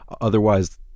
Otherwise